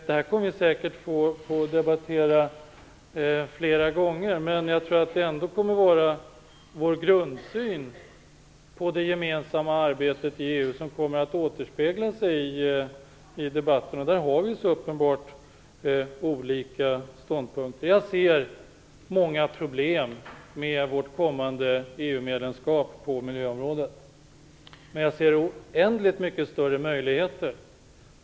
Det här kommer vi säkert att få debattera flera gånger. Men jag tror att det ändå kommer att vara vår grundsyn på det gemensamma arbetet i EU som kommer att återspegla sig i debatten. Där har vi så uppenbart olika ståndpunkter. Jag ser många problem med vårt kommande EU medlemskap på miljöområdet, men jag ser oändligt mycket större möjligheter.